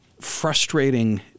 frustrating